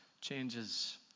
changes